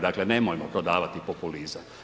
Dakle nemojmo prodavati populizam.